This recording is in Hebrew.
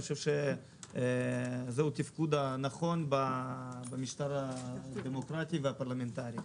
זהו התפקוד הנכון במשטר דמוקרטי ופרלמנטרי.